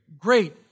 great